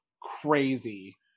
crazy